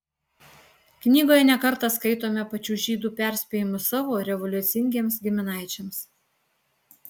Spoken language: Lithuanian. knygoje ne kartą skaitome pačių žydų perspėjimus savo revoliucingiems giminaičiams